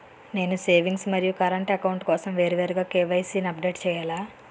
నేను సేవింగ్స్ మరియు current account కోసం వేరువేరుగా కే.వై.సీ అప్డేట్ చేయాలా?